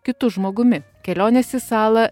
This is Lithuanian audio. kitu žmogumi kelionės į salą